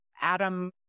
Adam